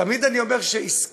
תמיד אני אומר ש"ישקר"